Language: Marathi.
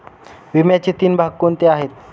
विम्याचे तीन भाग कोणते आहेत?